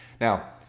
Now